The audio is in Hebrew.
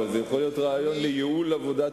אבל זה יכול להיות רעיון לייעול עבודת,